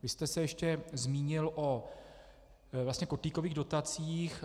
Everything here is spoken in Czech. Vy jste se ještě zmínil o vlastně kotlíkových dotacích.